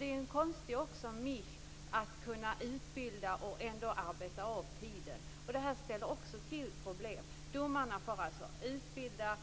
Det är också en konstig mix att kunna utbilda sig och ändå arbeta av tiden. Det ställer till problem. Domarna får alltså utbilda